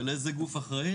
של איזה גוף אחראי,